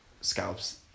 scalps